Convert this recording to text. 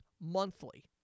monthly